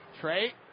Trey